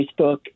Facebook